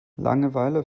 langeweile